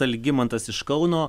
algimantas iš kauno